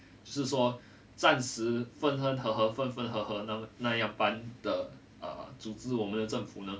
就是说暂时分分合合分分合合那那样办 err 组织我们的政府呢